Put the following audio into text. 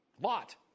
Lot